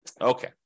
Okay